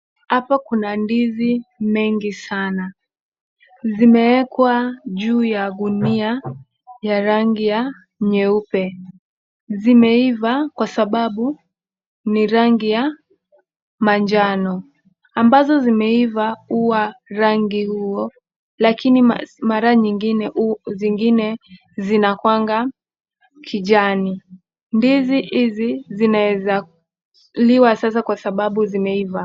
Hapo kuna ndizi mingi sana zimewekwa juu ya gunia ya rangi ya nyeupe. Zimeiva kwa sababu ni za rangi ya manjano ambazo zimeivaa huwa rangi huo lakini mara nyingine zingine zinakuwanga kijani. Ndizi hizi zinaweza liwa sasa kwa sababu zimeivaa.